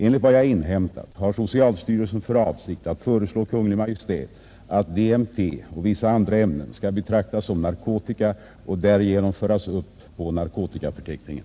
Enligt vad jag inhämtat har socialstyrelsen för avsikt att föreslå Kungl. Maj:t att DMT och vissa andra ämnen skall betraktas som narkotika och därigenom föras upp på narkotikaförteckningen.